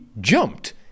jumped